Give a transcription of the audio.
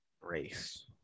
race